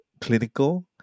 clinical